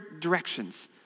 directions